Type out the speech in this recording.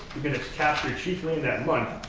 given it's captured cheaply in that month.